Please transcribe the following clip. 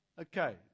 Okay